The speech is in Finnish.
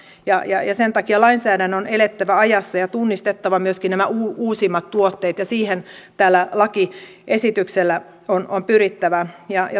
ja ja sen takia lainsäädännön on elettävä ajassa ja tunnistettava myöskin nämä uusimmat tuotteet ja siihen tällä lakiesityksellä on on pyrittävä